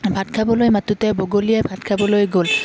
ভাত খাবলৈ মাতোতে বগলীয়ে ভাত খাবলৈ গ'ল